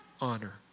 honor